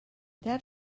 that